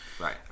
right